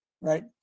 right